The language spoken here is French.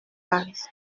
paris